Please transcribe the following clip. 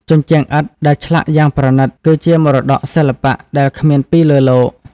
ជញ្ជាំងឥដ្ឋដែលឆ្លាក់យ៉ាងប្រណីត គឺជាមរតកសិល្បៈដែលគ្មានពីរលើលោក។